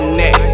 neck